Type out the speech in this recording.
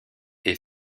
est